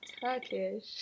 Turkish